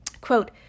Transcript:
Quote